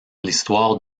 l’histoire